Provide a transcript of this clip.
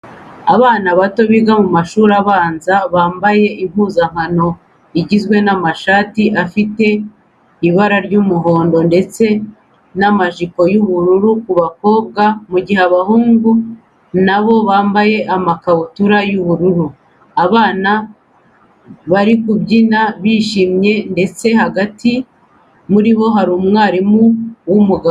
Abana bato biga mu mashutri abanza bambaye impuzankano zigizwe n'amashati afite ibara ry'umuhondo ndetse n'amajipo y'ubururu ku bakobwa mu gihe abahungu na bo bamabye amakabutura y'ubururu. Abana bari kubyina bishimye ndetse hagati muri bo harimo umwarimu w'umugabo.